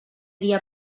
dia